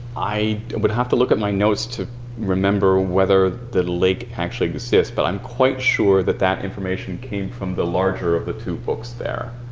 i would have to look at my notes to remember whether the lake actually exist, but i'm quite that that information came from the larger of the two books there,